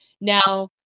Now